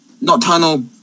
nocturnal